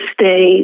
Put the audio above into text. stay